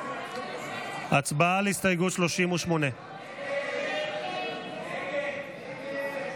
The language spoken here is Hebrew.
הצבעה על הסתייגות 38. הסתייגות 38 לא נתקבלה.